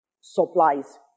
supplies